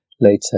later